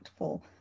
impactful